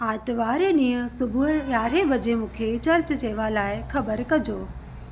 आर्तवारु ॾीहुं सुबुह जो यारहें बजे मूंखे चर्च सेवा लाइ ख़बर कजो